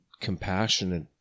compassionate